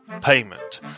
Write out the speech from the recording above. payment